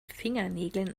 fingernägeln